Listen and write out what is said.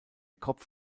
kopf